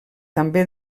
també